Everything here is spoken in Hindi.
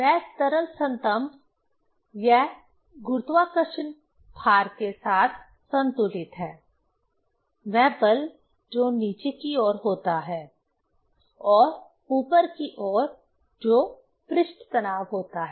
वह तरल स्तंभ यह गुरुत्वाकर्षण भार के साथ संतुलित है वह बल जो नीचे की ओर होता है और ऊपर की ओर जो पृष्ठ तनाव होता है